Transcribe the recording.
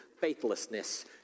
faithlessness